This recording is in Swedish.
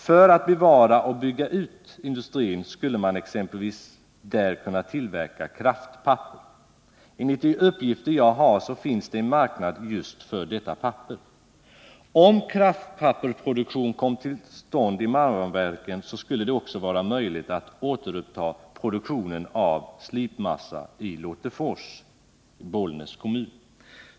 För att bevara och bygga ut industrin skulle man exempelvis också kunna tillverka kraftpapper. Enligt de uppgifter jag har så finns det en marknad för just detta papper. Om kraftpapperproduktion kom till stånd i Marmaverken så skulle det också vara möjligt att återuppta produktionen av slipmassa i Lottefors, Bollnäs kommun.